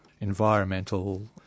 Environmental